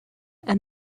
and